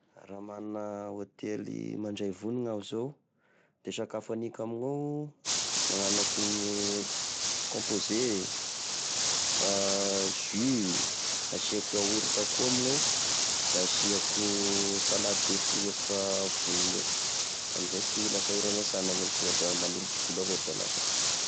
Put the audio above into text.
Raha mana hôtely mandray vonona aho zao de sakafo aniko amignao, magnano akone composè, ,jus, asiako yaourt koa amignao, da asiako salade de fruit efa vonona eo, amizay sy mila sahira e sagna gnolo fa tonga da manolotra vola avao da lasa.